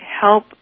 help